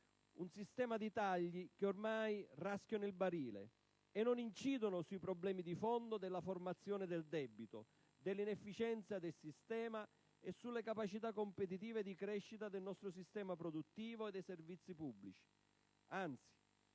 un sistema di tagli che ormai raschiano il barile e non incidono sui problemi di fondo della formazione del debito dell'inefficienza del sistema e sulle capacità competitive e di crescita del nostro sistema produttivo e dei servizi pubblici. Anzi,